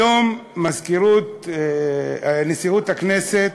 היום נשיאות הכנסת,